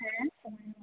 হ্যাঁ বলছি